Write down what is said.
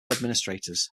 administrators